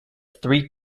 three